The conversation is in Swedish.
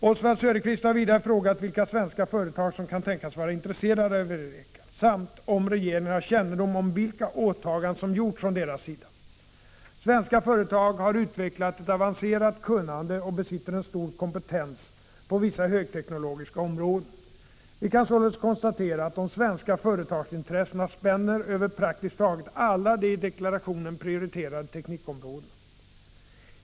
Oswald Söderqvist har vidare frågat vilka svenska företag som kan tänkas vara intresserade av EUREKA, samt om regeringen har kännedom om vilka åtaganden som gjorts från deras sida. Svenska företag har utvecklat ett avancerat kunnande och besitter en stor kompetens på vissa högteknologiska områden. Vi kan således konstatera att de svenska företagsintressena spänner över praktiskt taget alla de i deklarationen prioriterade teknikområdena.